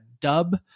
dub